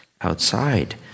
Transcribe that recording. outside